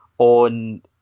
on